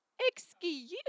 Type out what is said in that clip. excuse